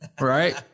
right